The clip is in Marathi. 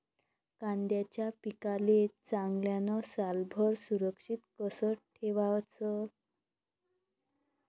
कांद्याच्या पिकाले चांगल्यानं सालभर सुरक्षित कस ठेवाचं?